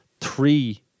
Three